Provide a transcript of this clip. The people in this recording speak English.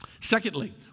Secondly